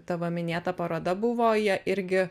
tavo minėta paroda buvo jie irgi